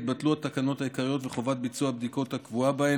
יתבטלו התקנות העיקריות וחובת ביצוע הבדיקות הקבועה בהן.